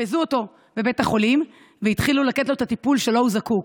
אשפזו אותו בבית החולים והתחילו לתת לו את הטיפול שלו הוא זקוק.